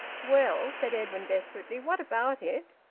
well, said edwin desperately. what about it?